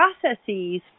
processes